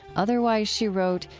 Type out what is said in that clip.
otherwise, she wrote,